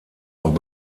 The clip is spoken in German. auch